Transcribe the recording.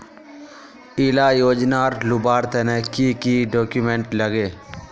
इला योजनार लुबार तने की की डॉक्यूमेंट लगे?